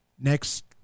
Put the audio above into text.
Next